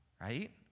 right